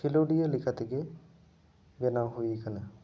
ᱠᱷᱮᱞᱳᱰᱤᱭᱟᱹ ᱞᱮᱠᱟᱛᱮᱜᱮ ᱵᱮᱱᱟᱣ ᱦᱩᱭ ᱟᱠᱟᱱᱟ